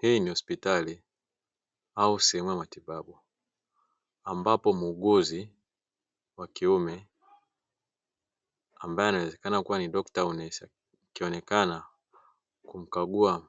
Hii ni hospitali au sehemu ya matibabu ambapo muuguzi wa kiume ambaye anaonekana kuwa ni dokta au nesi, akionekana kumkagua